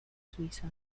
suiza